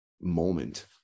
moment